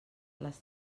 les